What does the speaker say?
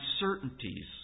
uncertainties